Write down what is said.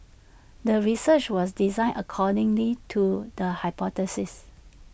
the research was designed accordingly to the hypothesis